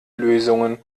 lösungen